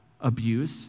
abuse